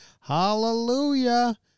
Hallelujah